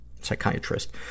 psychiatrist